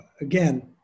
Again